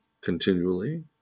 continually